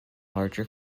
larger